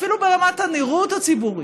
אפילו ברמת הנראות הציבורית,